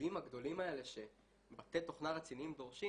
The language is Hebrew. התקציבים הגדולים האלה שבתי תוכנה רציניים דורשים